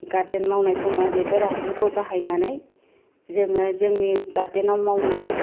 garden मावनाय समाव बेफोर आगजुखौ बाहायनानै जोङो जोंनि गार्देनाव मावनाय